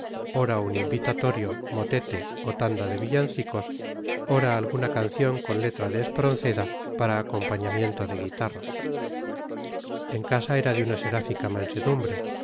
ora un invitatorio motete o tanda de villancicos ora alguna canción con letra de espronceda para acompañamiento de guitarra en casa era de una seráfica mansedumbre